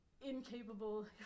incapable